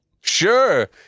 Sure